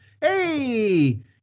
Hey